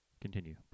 Continue